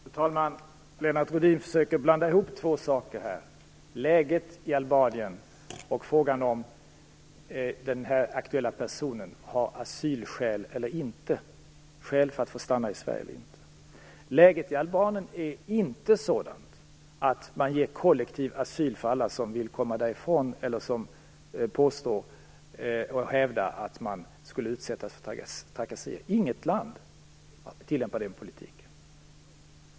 Fru talman! Lennart Rohdin försöker blanda ihop två saker; läget i Albanien och frågan om huruvida den här aktuella personen har asylskäl, skäl att få stanna i Sverige, eller inte. Läget i Albanien är inte sådant att man ger kollektiv asyl till alla som vill komma därifrån eller som påstår att de skulle utsättas för trakasserier. Inget land tillämpar den politiken.